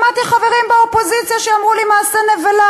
שמעתי חברים באופוזיציה שאמרו לי: מעשה נבלה,